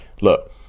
look